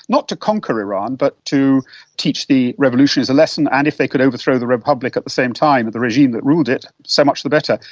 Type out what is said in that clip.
not to conquer iran but to teach the revolutionaries a lesson and if they could overthrow the republic at the same time, the regime that ruled it, so much the better.